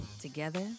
Together